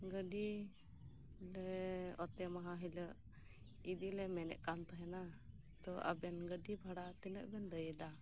ᱜᱟᱹᱰᱤ ᱚᱰᱮ ᱚᱛᱮ ᱢᱟᱦᱟ ᱦᱤᱞᱳᱜ ᱤᱫᱤᱞᱮ ᱢᱮᱱᱮᱫ ᱠᱟᱱ ᱛᱟᱸᱦᱮᱱᱟ ᱛᱳ ᱟᱵᱮᱱ ᱜᱟᱹᱰᱤ ᱵᱷᱟᱲᱟ ᱛᱤᱱᱟᱹ ᱵᱮᱱ ᱞᱟᱹᱭᱮᱫᱟ